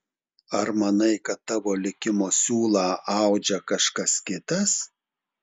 ar manai kad tavo likimo siūlą audžia kažkas kitas